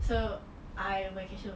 so I vacation